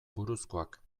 buruzkoak